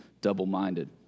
double-minded